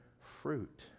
fruit